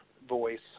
voice